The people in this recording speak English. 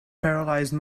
paralysed